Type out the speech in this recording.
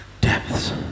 depths